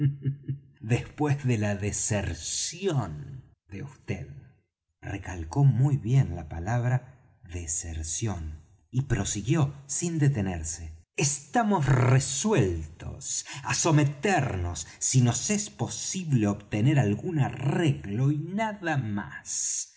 después de la deserción de vd recalcó muy bien la palabra deserción y prosiguió sin detenerse estamos resueltos á someternos si nos es posible obtener algún arreglo y nada más